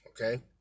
Okay